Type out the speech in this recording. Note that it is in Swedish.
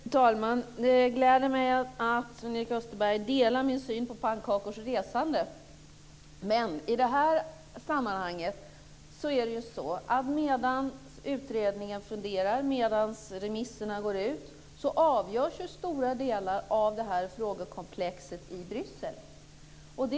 Fru talman! Det gläder mig att Sven-Erik Österberg delar min syn på pannkakors resande. Men i det här sammanhanget är det så att medan utredningen funderar och remisserna går ut avgörs stora delar av det här frågekomplexet i Bryssel.